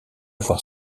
voir